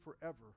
forever